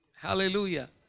Hallelujah